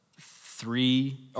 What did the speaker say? three